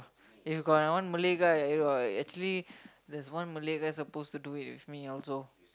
if got like one Malay guy at there !wah! actually there's one Malay guy suppose to do it with me also